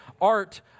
Art